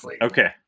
Okay